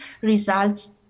results